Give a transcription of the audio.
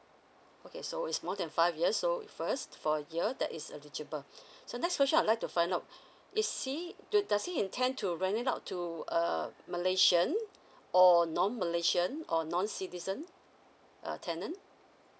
okay so it's more than five years so it's first four year that is eligible so next question I'd like to find out is he do does he intend to rent it out to err malaysian or non malaysian or non citizen err tenant